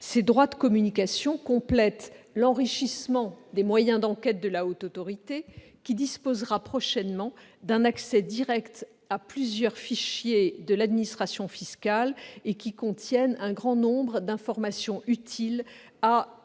Ces droits de communication complètent l'enrichissement des moyens d'enquête de la Haute Autorité, qui disposera prochainement d'un accès direct à plusieurs fichiers de l'administration fiscale, lesquels contiennent un grand nombre d'informations utiles à